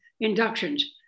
inductions